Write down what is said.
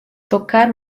tocar